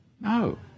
no